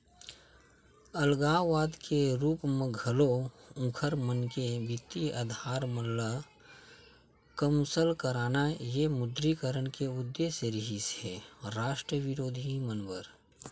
अलगाववाद के रुप म घलो उँखर मन के बित्तीय अधार मन ल कमसल करना ये विमुद्रीकरन के उद्देश्य रिहिस हे रास्ट बिरोधी मन बर